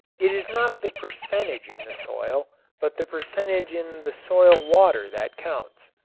it is not the percentage in the soil but the percentage in the soil water that counts.